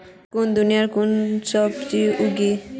कुन दिनोत कुन सब्जी उगेई?